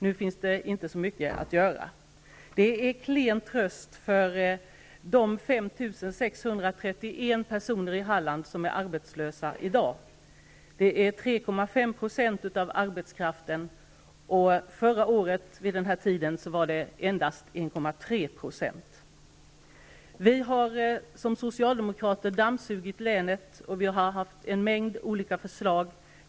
Nu finns det inte så mycket att göra. Det är klen tröst för de 5 631 personer i Halland som är arbetslösa i dag. Det är 3,5 % av arbetskraften. Förra året vid denna tid var arbetslösheten endast 1,3 %. Vi socialdemokrater har dammsugit länet på arbetstillfällen, och vi har fört fram en mängd olika förslag.